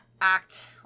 act